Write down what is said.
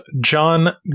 John